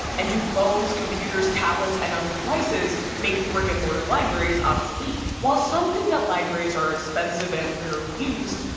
and do phones, computers, tablets and other devices make brick and mortar libraries obsolete? while some think that libraries are expensive and rarely used,